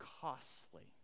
costly